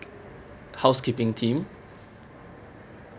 housekeeping team